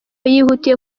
yihutiye